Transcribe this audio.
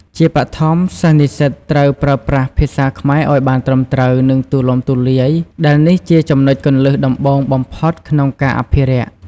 ជាបឋម សិស្សនិស្សិតត្រូវប្រើប្រាស់ ភាសាខ្មែរឱ្យបានត្រឹមត្រូវ និងទូលំទូលាយ ដែលនេះជាចំណុចគន្លឹះដំបូងបំផុតក្នុងការអភិរក្ស។ ។